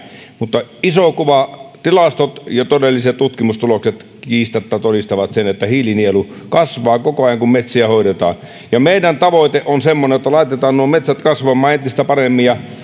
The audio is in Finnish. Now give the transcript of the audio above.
mutta iso kuva tilastot ja todelliset tutkimustulokset kiistatta todistavat sen että hiilinielu kasvaa koko ajan kun metsiä hoidetaan meidän tavoite on semmoinen että laitetaan metsät kasvamaan entistä paremmin